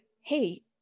Hey